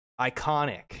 iconic